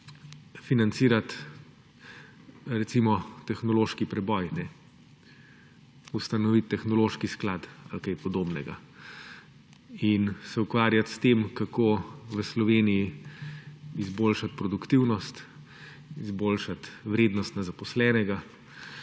financirati tehnološki preboj, ustanoviti tehnološki sklad ali kaj podobnega in se ukvarjati s tem, kako v Sloveniji izboljšati produktivnost, izboljšati vrednost na zaposlenega